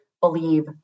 believe